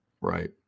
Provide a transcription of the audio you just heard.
right